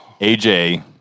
AJ